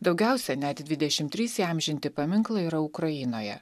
daugiausia net dvidešim trys įamžinti paminklai yra ukrainoje